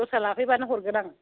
दस्रा लाफैबानो हरगोन आं